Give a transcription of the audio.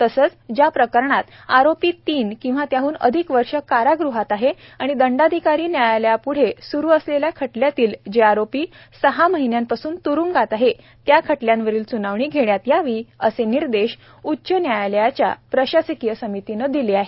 तसंच ज्या प्रकरणांत आरोपी तीन किंवा त्याह्न अधिक वर्ष काराग़हात आहेत आणि दंडाधिकारी न्यायालयापुढे सुरू असलेल्या खटल्यांतील जे आरोपी सहा महिन्यांपासून त्रूंगात आहेत त्या खटल्यांवरील स्नावणी घेण्यात यावी असे निर्देश उच्च न्यायालयाच्या प्रशासकीय समितीनं दिले आहेत